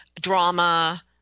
drama